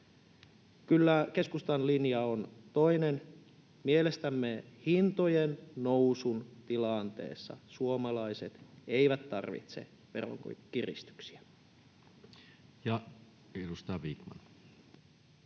keskustan linja on toinen. Mielestämme hintojen nousun tilanteessa suomalaiset eivät tarvitse veronkiristyksiä.